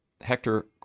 Hector